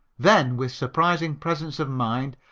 then with surprising presence of mind,